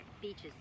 Beaches